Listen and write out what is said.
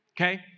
okay